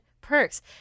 perks